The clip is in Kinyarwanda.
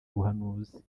ubuhanuzi